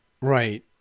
Right